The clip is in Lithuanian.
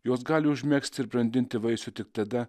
jos gali užmegzti ir brandinti vaisių tik tada